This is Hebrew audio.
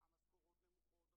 גם להוסיף בתקנים למיצוי זכויות.